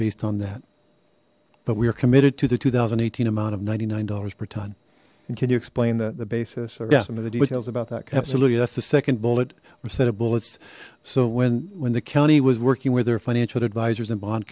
based on that but we are committed to the two thousand and eighteen amount of ninety nine dollars per ton and can you explain that the basis tell us about that absolutely that's the second bullet or set of bullets so when when the county was working with her financial advisors in bond